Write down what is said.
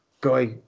guy